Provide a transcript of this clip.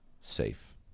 Safe